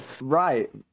Right